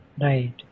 Right